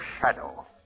Shadow